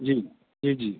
ਜੀ ਜੀ ਜੀ